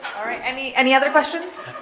all right. any any other questions?